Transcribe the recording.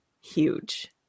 huge